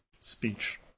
speech